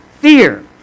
fear